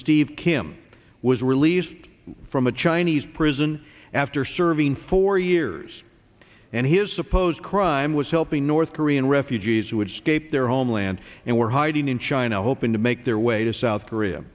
steve kim was released from a chinese prison after serving four years and his supposed crime was helping north korean refugees who had scaped their homeland and were hiding in china hoping to make their way to south korea